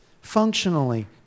functionally